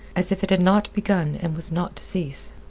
as if it had not began and was not to cease.